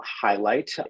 highlight